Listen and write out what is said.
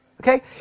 Okay